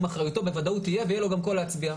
אחריותו בוודאות יהיה ויהיה לו גם קול להצביע.